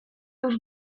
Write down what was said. już